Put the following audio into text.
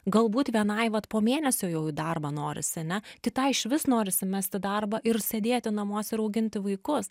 galbūt vienai vat po mėnesio jau į darbą norisi ane kitai išvis norisi mesti darbą ir sėdėti namuose ir auginti vaikus